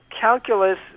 calculus